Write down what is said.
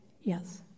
Yes